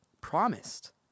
promised